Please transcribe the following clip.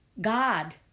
God